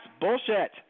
bullshit